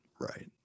right